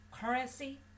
currency